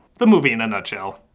the movie in a nutshell.